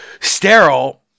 sterile